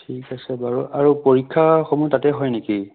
ঠিক আছে বাৰু আৰু পৰীক্ষাসমূহ তাতে হয় নেকি